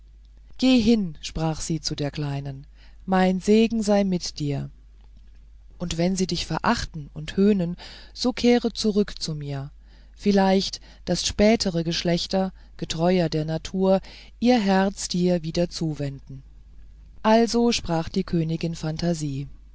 gehe hin sprach sie zu der kleinen mein segen sei mit dir und wenn sie dich verachten und höhnen so kehre zurück zu mir vielleicht daß spätere geschlechter getreuer der natur ihr herz dir wieder zuwenden also sprach die königin phantasie